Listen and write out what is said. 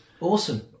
Awesome